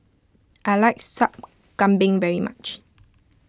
I like Sup Kambing very much